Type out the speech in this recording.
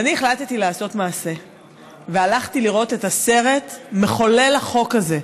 ואני החלטתי לעשות מעשה והלכתי לראות את הסרט מחולל החוק הזה.